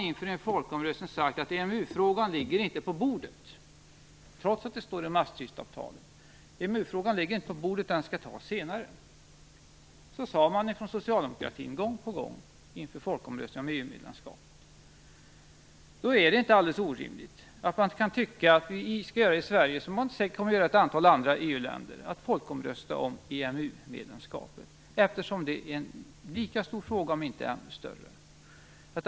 Inför folkomröstningen om EU medlemskapet sade man från socialdemokratin gång på gång att EMU-frågan inte låg på bordet - trots att den fanns med i Maastrichtavtalet - utan skulle avgöras senare. Då är det inte alldeles orimligt att tycka att vi i Sverige skall göra som man säkert kommer att göra i ett antal andra EU-länder - folkomrösta om EMU-medlemskapet. Det är en lika stor om inte ännu större fråga än den om EU-medlemskapet.